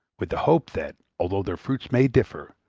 with the hope that, although their fruits may differ,